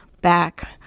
back